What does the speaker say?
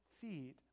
feet